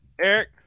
Eric